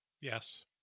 Yes